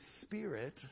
Spirit